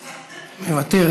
מוותרת,